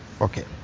Okay